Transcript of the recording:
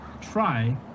try